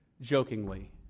jokingly